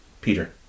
Peter